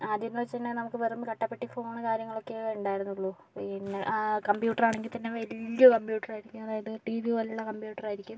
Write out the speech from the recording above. ആദ്യം എന്ന് വെച്ചിട്ടുണ്ടെങ്കിൽ നമുക്ക് വെറും കട്ടപ്പെട്ടി ഫോൺ കാര്യങ്ങളൊക്കെ ഉണ്ടായിരുന്നുള്ളൂ പിന്നെ കമ്പ്യൂട്ടർ ആണെങ്കിൽ തന്നെ വലിയ കമ്പ്യൂട്ടർ ആയിരിക്കും അതായത് ടി വി പോലെയുള്ള കമ്പ്യൂട്ടർ ആയിരിക്കും